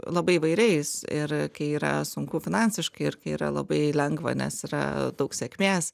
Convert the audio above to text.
labai įvairiais ir kai yra sunku finansiškai ir kai yra labai lengva nes yra daug sėkmės